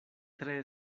tre